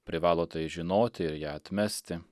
privalo tai žinoti ir ją atmesti